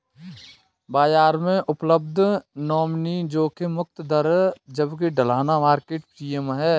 बाजार में उपलब्ध नॉमिनल जोखिम मुक्त दर है जबकि ढलान मार्केट प्रीमियम है